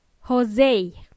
Jose